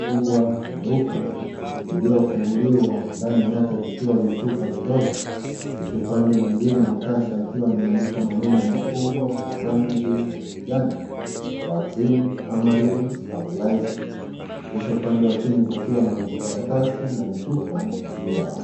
kubwa nyeupe iliyofunguliwa, ndani yake vikiwa vichupa vidogo. Kisha upande mwingine wa kasha ikiwa imeandikwa maneno makubwa kwa rangi ya kijani Vaccin amaril stabiliser . Kisha upande wa chini pakiwa na vijikaratasi na vichupa juu yao.